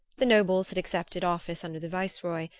the nobles had accepted office under the vice-roy,